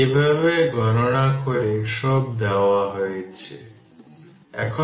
এর মানে হল এটি 100 মাইক্রো কুলম্ব